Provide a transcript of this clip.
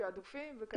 תעדופים וכאלה?